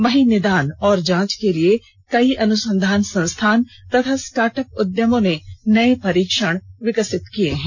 वहीं निदान और जांच के लिए कई अनुसंधान संस्थान और स्टार्टअप उद्यमों ने नये परीक्षण विकसित किये हैं